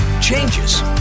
Changes